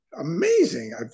Amazing